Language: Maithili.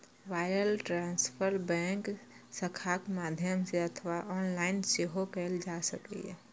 वायर ट्रांसफर बैंक शाखाक माध्यम सं अथवा ऑनलाइन सेहो कैल जा सकैए